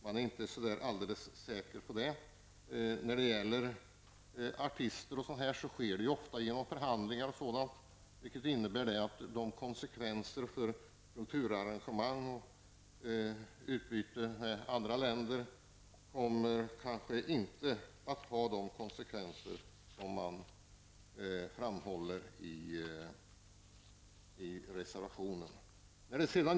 Man kan inte vara säker på det. När det gäller artister fastställs ersättningen ofta genom förhandlingar, vilket innebär att förslaget inte får de konsekvenser för kulturarrangemang och utbyte med andra länder som man gör gällande i reservation nr 1.